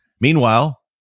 meanwhile